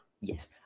Yes